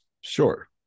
Sure